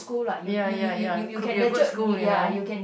ya ya ya could be a good school you know